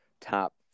top